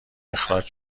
اخراج